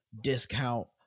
discount